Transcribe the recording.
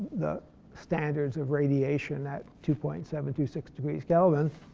the standards of radiation at two point seven two six degrees kelvin.